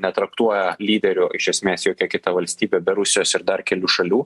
netraktuoja lyderiu iš esmės jokia kita valstybė be rusijos ir dar kelių šalių